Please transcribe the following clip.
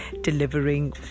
delivering